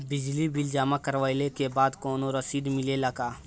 Bill जमा करवले के बाद कौनो रसिद मिले ला का?